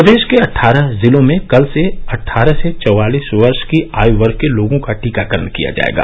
प्रदेश के अट्ठारह जिलों में कल से अट्ठारह से चौवालीस वर्ष की आयु वर्ग के लोगों का टीकाकरण किया जाएगा